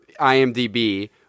IMDb